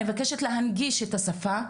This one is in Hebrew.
אני מבקשת להנגיש את השפה,